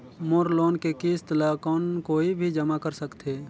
मोर loan के किस्त ल कौन कोई भी जमा कर सकथे?